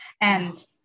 And-